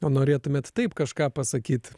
o norėtumėt taip kažką pasakyt